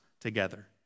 together